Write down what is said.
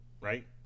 Right